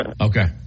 Okay